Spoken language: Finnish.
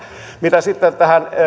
mitä sitten tähän